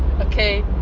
Okay